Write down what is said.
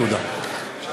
תודה.